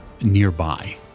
nearby